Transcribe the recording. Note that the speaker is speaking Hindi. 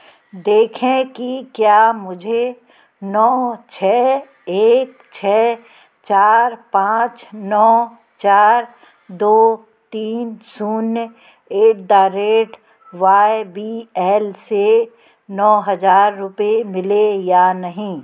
देखें कि क्या मुझे नौ छः एक छः चार पाँच नौ चार दो तीन शून्य at the rate Y B L से नौ हजार रुपये मिले या नहीं